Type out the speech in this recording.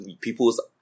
people's